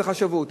זה חשבות.